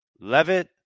Levitt